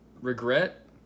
regret